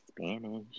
Spanish